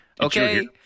Okay